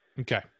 Okay